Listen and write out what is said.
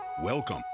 Welcome